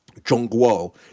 Zhongguo